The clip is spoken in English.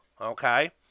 okay